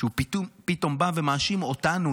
הוא פתאום בא ומאשים אותנו,